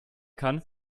kann